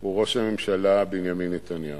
הוא ראש הממשלה בנימין נתניהו.